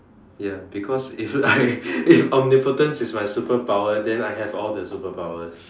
ya because if I if omnipotence is my superpower then I have all the superpowers